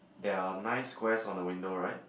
there are nine squares on the window right